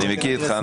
תודה.